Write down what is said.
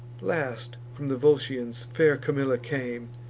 last, from the volscians fair camilla came,